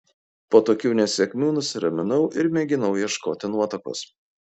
po tokių nesėkmių nusiraminau ir mėginau ieškoti nuotakos